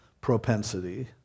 propensity